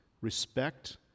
respect